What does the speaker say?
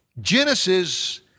Genesis